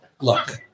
look